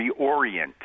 reorient